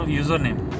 username